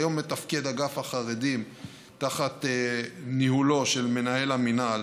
כיום מתפקד אגף החרדים תחת ניהולו של מנהל המינהל,